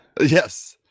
Yes